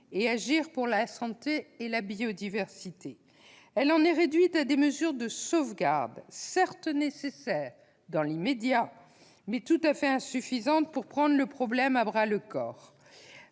et agir pour la santé et la biodiversité. Elle en est réduite à des mesures de sauvegarde, qui sont certes nécessaires dans l'immédiat, mais tout à fait insuffisantes pour prendre le problème à bras-le-corps.